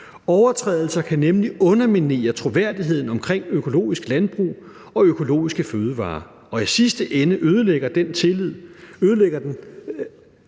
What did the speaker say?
Overtrædelser kan nemlig underminere troværdigheden omkring økologisk landbrug og økologiske fødevarer og i sidste ende ødelægge den tillid,